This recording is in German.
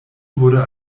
wurde